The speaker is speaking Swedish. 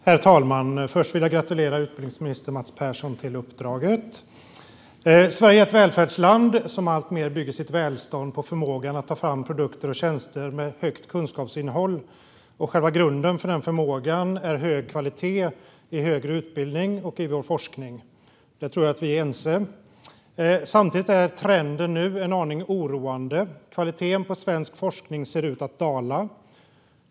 Herr talman! Först vill jag gratulera utbildningsminister Mats Persson till uppdraget. Sverige är ett välfärdsland som alltmer bygger sitt välstånd på förmågan att ta fram produkter och tjänster med högt kunskapsinnehåll. Själva grunden för den förmågan är hög kvalitet i högre utbildning och i vår forskning. Där tror jag att vi är ense. Samtidigt är trenden nu en aning oroande. Kvaliteten på svensk forskning ser ut att dala.